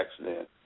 accident